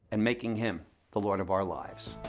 and making him the lord of our lives.